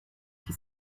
qui